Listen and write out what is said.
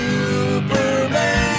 Superman